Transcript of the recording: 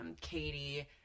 Katie